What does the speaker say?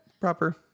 proper